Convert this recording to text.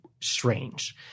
strange